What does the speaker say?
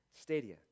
stadia